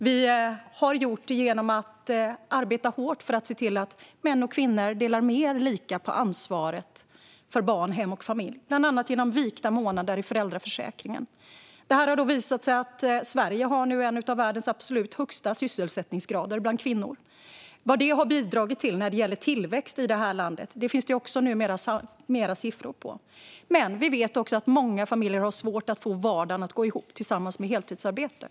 Vi har gjort det genom att arbeta hårt för att se till att män och kvinnor delar mer lika på ansvaret för barn, hem och familj, bland annat genom vikta månader i föräldraförsäkringen. Detta har resulterat i att Sverige nu har en av världens absolut högsta sysselsättningsgrader bland kvinnor. Vad det har bidragit till när det gäller tillväxt i vårt land finns det numera också siffror på. Men vi vet också att många familjer har svårt att få vardagen att gå ihop med heltidsarbete.